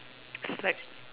it's like